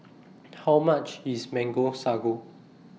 How much IS Mango Sago